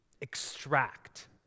extract